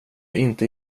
inte